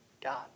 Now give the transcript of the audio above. God